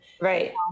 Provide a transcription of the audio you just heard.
right